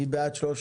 מי בעד 13,